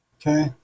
okay